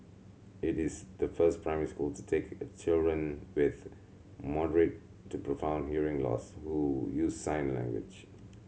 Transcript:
it is the first primary school to take in children with moderate to profound hearing loss who use sign language